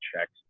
checks